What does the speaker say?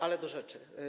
Ale do rzeczy.